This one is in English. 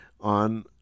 on